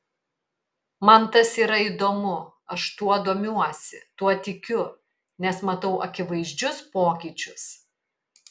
man tas yra įdomu aš tuo domiuosi tuo tikiu nes matau akivaizdžius pokyčius